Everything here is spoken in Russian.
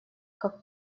как